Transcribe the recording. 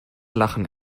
lachen